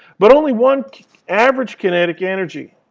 but only one average kinetic energy.